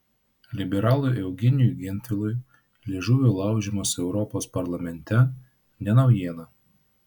liberalui eugenijui gentvilui liežuvio laužymas europos parlamente ne naujiena